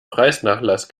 preisnachlass